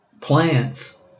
plants